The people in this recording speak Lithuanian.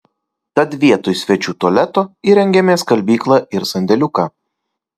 tad vietoj svečių tualeto įrengėme skalbyklą ir sandėliuką